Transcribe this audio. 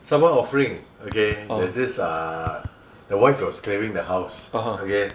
someone offering okay there's this uh the wife was clearing the house okay